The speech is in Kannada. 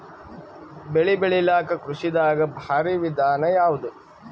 ಬೆಳೆ ಬೆಳಿಲಾಕ ಕೃಷಿ ದಾಗ ಭಾರಿ ವಿಧಾನ ಯಾವುದು?